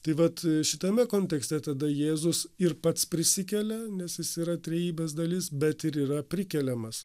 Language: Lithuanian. tai vat šitame kontekste tada jėzus ir pats prisikelia nes jis yra trejybės dalis bet ir yra prikeliamas